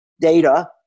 data